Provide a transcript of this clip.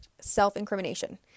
self-incrimination